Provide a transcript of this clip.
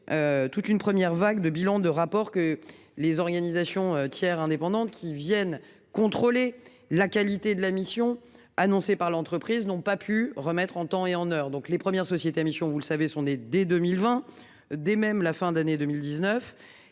Toute une première vague de bilan de rapport que les organisations tiers indépendante qui viennent contrôler la qualité de la mission annoncé par l'entreprise n'ont pas pu remettre en temps et en heure, donc les premières sociétés mission vous le savez, sont des dès 2020 des même la fin d'année 2019